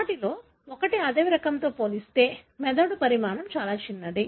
వాటిలో ఒకటి అడవి రకంతో పోలిస్తే మెదడు పరిమాణం చాలా చిన్నది